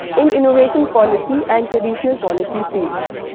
in innovation policy and traditional policy fields.